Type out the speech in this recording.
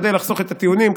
כדי לחסוך את הטיעונים,